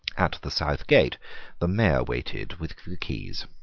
at the south gate the mayor waited with the keys.